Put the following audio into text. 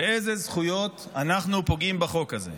באיזה זכויות אנחנו פוגעים בחוק הזה?